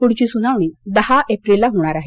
पुढची सुनावणी दहा एप्रिलला होणार आहे